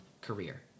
career